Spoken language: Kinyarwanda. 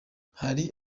hari